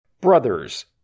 brothers